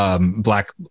black